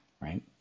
right